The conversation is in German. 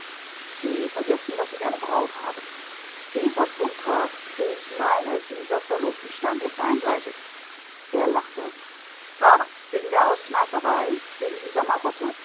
sie vergessen daß ich eine braut habe eva bunkert ich meine dieser verlobtenstand ist einseitig er lachte bah wegen der auskneiferei wegen dieser marotte